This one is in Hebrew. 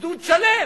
גדוד שלם.